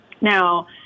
Now